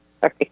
Sorry